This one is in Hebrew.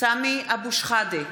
סמי אבו שחאדה,